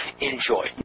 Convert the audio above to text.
Enjoy